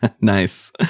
Nice